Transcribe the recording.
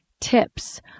Tips